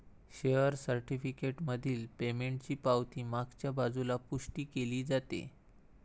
share certificate मधील पेमेंटची पावती मागच्या बाजूला पुष्टी केली जाते